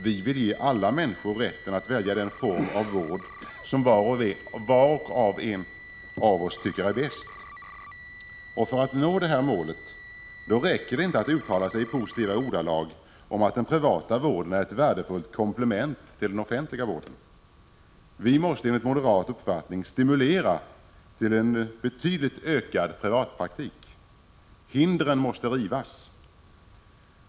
Vi vill ge alla människor rätten att välja den form av vård som var och en tycker är bäst. För att nå detta mål räcker det inte att uttala sig i positiva ordalag om att den privata vården är ett värdefullt komplement till den offentliga vården. Vi måste enligt moderat uppfattning stimulera till en betydligt ökad privatpraktik. Hindren måste rivas.